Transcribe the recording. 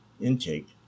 intake